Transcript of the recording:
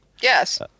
Yes